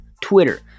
Twitter